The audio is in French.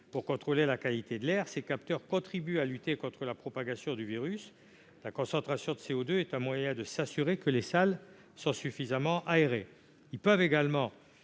pour contrôler la qualité de l'air. Ces capteurs contribuent à lutter contre la propagation du virus, la concentration de CO2 permettant de s'assurer que les salles sont suffisamment aérées. Ils peuvent également